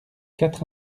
quatre